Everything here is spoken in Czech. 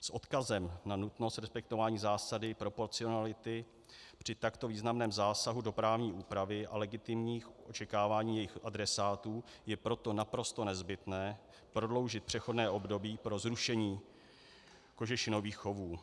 S odkazem na nutnost respektování zásady proporcionality při takto významném zásahu do právní úpravy a legitimních očekávání jejich adresátů je proto naprosto nezbytné prodloužit přechodné období pro zrušení kožešinových chovů.